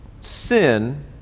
sin